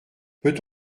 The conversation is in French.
peut